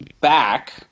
back